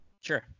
sure